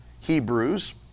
Hebrews